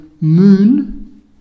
moon